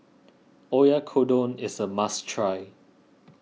Oyakodon is a must try